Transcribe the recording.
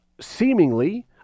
seemingly